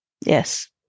Yes